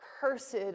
Cursed